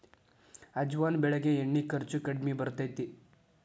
ಅಜವಾನ ಬೆಳಿಗೆ ಎಣ್ಣಿ ಖರ್ಚು ಕಡ್ಮಿ ಬರ್ತೈತಿ